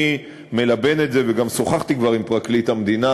אני מלבן את זה וגם שוחחתי כבר עם פרקליט המדינה